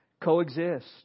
coexist